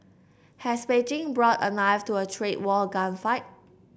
has Beijing brought a knife to a trade war gunfight